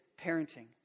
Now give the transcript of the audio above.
parenting